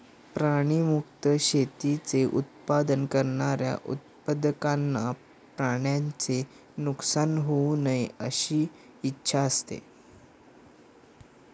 प्राणी मुक्त शेतीचे उत्पादन करणाऱ्या उत्पादकांना प्राण्यांचे नुकसान होऊ नये अशी इच्छा असते